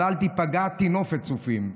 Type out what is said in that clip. אבל אל תיפגע: טינופת צופים.